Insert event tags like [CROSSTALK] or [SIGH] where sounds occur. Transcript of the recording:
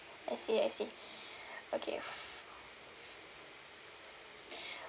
I see I see okay [BREATH]